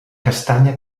castanya